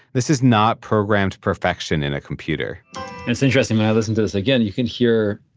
this is not programmed perfection in a computer and it's interesting, when i listen to this again, you can hear,